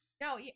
No